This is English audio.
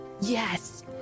Yes